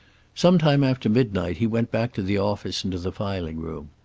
sometime after midnight he went back to the office and to the filing room.